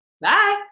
bye